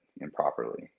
improperly